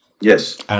Yes